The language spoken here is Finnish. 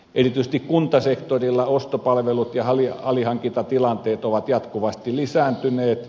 erityisesti kuntasektorilla ostopalvelut ja alihankintatilanteet ovat jatkuvasti lisääntyneet